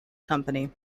company